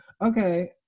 okay